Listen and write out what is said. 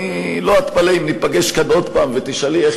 אני לא אתפלא אם ניפגש כאן עוד הפעם ותשאלי איך